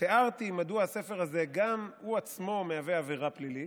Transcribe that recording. תיארתי מדוע הספר הזה גם הוא עצמו מהווה עבירה פלילית,